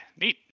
neat